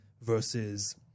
versus